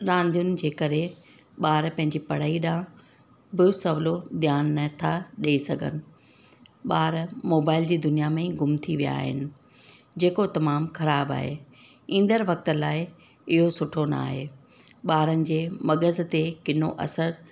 रांदियुनि जे करे ॿार पंहिंजी पढ़ाई ॾांहं बि सहुलो ध्यानु नथा ॾेई सघनि ॿार मोबाइल जी दुनिया में ई गुम थी विया आहिनि जेको तमामु ख़राब आहे ईंदड़ वक़्त लाइ इहो सुठो न आहे ॿारनि जे मग़ज़ ते किनो असरु